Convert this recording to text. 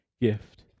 gift